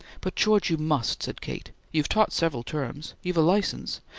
but, george, you must, said kate. you've taught several terms. you've a license.